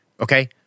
okay